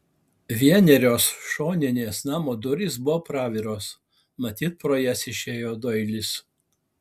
vienerios šoninės namo durys buvo praviros matyt pro jas išėjo doilis